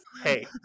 Hey